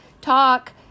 talk